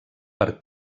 per